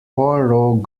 poirot